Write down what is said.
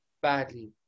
Badly